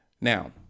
Now